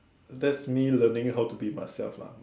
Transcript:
that's me learning how to be myself numb